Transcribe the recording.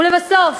ולבסוף,